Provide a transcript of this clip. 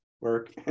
work